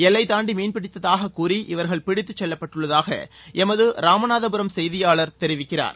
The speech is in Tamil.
எல்லை தாண்டி மீன்பிடித்ததாகக் கூறி இவர்கள் பிடித்துச் செல்லப்பட்டுள்ளதாக எமது ராமநாதபுரம் செய்தியாளர் தெரிவிக்கிறார்